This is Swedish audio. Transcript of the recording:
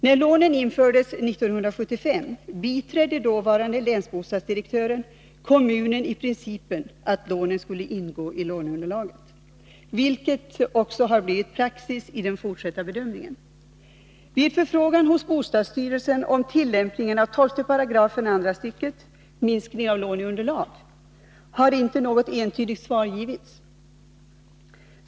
När lånen infördes 1975 biträdde dåvarande länsbostadsdirektören kommunen i vad gällde principen att lånen skulle ingå i låneunderlaget, vilket också har blivit praxis i den fortsatta bedömningen. Vid förfrågan hos bostadsstyrelsen om tillämpningen av 12 §, andra stycket, om minskning av låneunderlag har inte något entydigt svar givits.